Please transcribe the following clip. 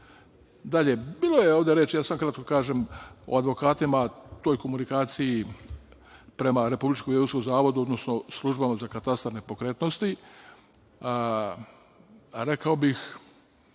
bilo je ovde reči, samo da kratko kažem, o advokatima, o toj komunikaciji prema Republičkom geodetskom zavodu, odnosno službama za katastar nepokretnosti. Rekao bih,